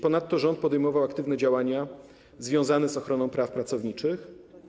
Ponadto rząd podejmował aktywne działania związane z ochroną praw pracowniczych.